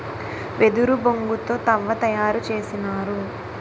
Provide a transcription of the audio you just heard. వెదురు బొంగు తో తవ్వ తయారు చేసినారు